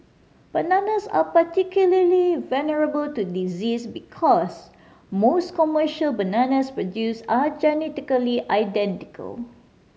bananas are particularly vulnerable to disease because most commercial bananas produced are genetically identical